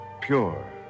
pure